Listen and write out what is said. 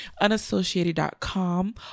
unassociated.com